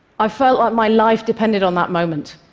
i felt like my life depended on that moment,